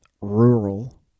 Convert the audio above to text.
rural